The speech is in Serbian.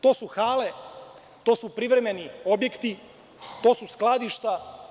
To su hale, to su privremeni objekti, to su skladišta.